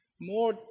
More